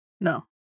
No